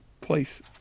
place